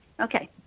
Okay